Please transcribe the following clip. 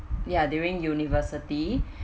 ya during university